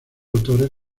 autores